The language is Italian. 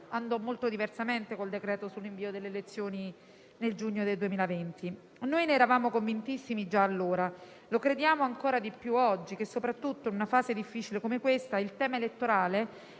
andò molto diversamente con il decreto-legge sul rinvio delle elezioni nel giugno 2020. Eravamo convintissimi già allora - lo crediamo ancora di più oggi - che, soprattutto in una fase difficile come questa, il tema elettorale,